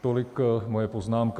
Tolik moje poznámka.